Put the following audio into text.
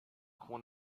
one